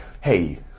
hey